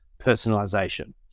personalization